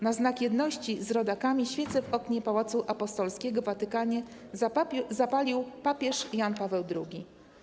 Na znak jedności z rodakami świece w oknie Pałacu Apostolskiego w Watykanie zapalił papież Jan Paweł II.